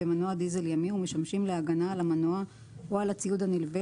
במנוע דיזל ימי ומשמשים להגנה על המנוע או על הציוד הנלווה